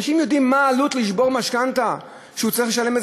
אנשים יודעים מה העלות של לשבור משכנתה שהוא צריך לשלם?